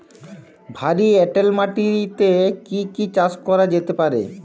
ভারী এঁটেল মাটিতে কি কি চাষ করা যেতে পারে?